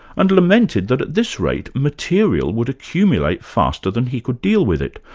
and lamented that, at this rate, material would accumulate faster than he could deal with it,